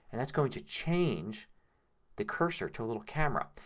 and that's going to change the cursor to a little camera.